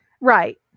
Right